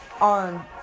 on